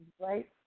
right